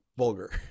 vulgar